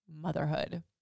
motherhood